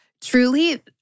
truly